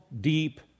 deep